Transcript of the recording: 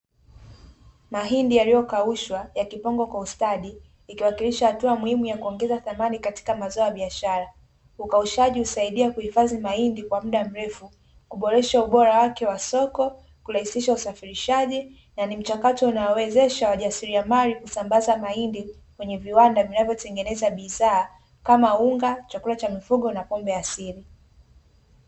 Mahindi yaliyo kaushwa yakipangwa kwa ustadi yakiwakilisha hatua muhimu katika kuongeza thamani katika mazao ya biashara, ukaushaji husaidia kuhifadhi mahindi kwa muda mrefu, huboresha ubora wake wa soko, kurahisisha usafirishaji na ni mchakato unaowezesha wajasiriamali kusambaza mahindi kwenye viwanda vinavyotengeneza bidhaa kama chakula cha mifugo na pombe asili.